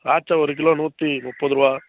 திராட்சை ஒரு கிலோ நூற்றி முப்பது ரூபா